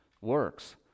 works